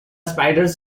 spiders